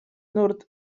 nurt